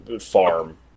farm